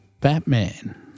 Batman